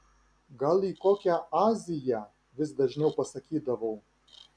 gal į kokią aziją vis dažniau pasakydavau